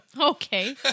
Okay